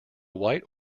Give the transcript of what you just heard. white